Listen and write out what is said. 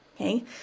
Okay